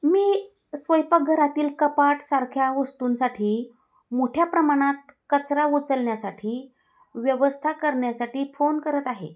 मी स्वयंपाकघरातील कपाटासारख्या वस्तूंसाठी मोठ्या प्रमाणात कचरा उचलण्यासाठी व्यवस्था करण्यासाठी फोन करत आहे